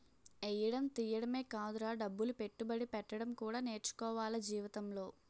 ఎయ్యడం తియ్యడమే కాదురా డబ్బులు పెట్టుబడి పెట్టడం కూడా నేర్చుకోవాల జీవితంలో